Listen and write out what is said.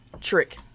trick